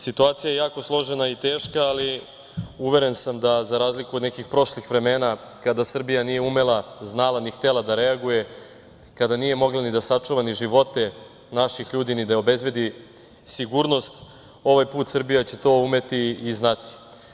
Situacija je jako složena i teška, ali uveren sam da za razliku od nekih prošlih vremena kada Srbija nije umela, znala, ni htela da reaguje, kada nije mogla ni da sačuva ni živote naših ljudi, ni da obezbedi sigurnost, ovaj put Srbija će to umeti i znati.